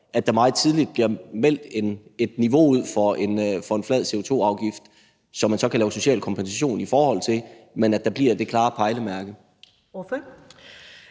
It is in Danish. at der meget tidligt bliver meldt et niveau ud for en flad CO2-afgift, som man så kan lave social kompensation i forhold til, men at der bliver det klare pejlemærke?